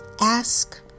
ask